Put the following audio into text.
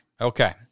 Okay